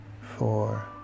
four